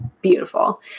Beautiful